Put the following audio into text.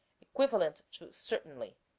equivalent to certainly,